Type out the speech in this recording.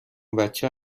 بچه